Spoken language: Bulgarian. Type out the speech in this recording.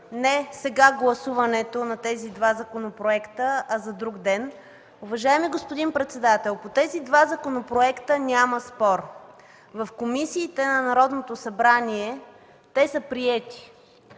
гласуването на тези два законопроекта не за сега, а за друг ден. Уважаеми господин председател, по тези два законопроекта няма спор. В комисиите на Народното събрание те са приети,